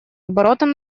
оборотом